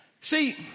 See